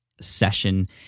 session